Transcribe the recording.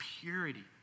purity